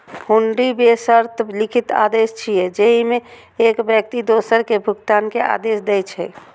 हुंडी बेशर्त लिखित आदेश छियै, जेइमे एक व्यक्ति दोसर कें भुगतान के आदेश दै छै